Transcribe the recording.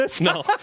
No